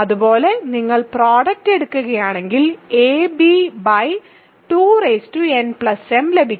അതുപോലെ നിങ്ങൾ പ്രോഡക്റ്റ് എടുക്കുകയാണെങ്കിൽ ab2nm ലഭിക്കും